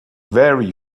very